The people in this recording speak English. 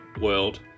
world